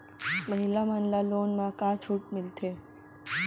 महिला मन ला लोन मा का छूट मिलथे?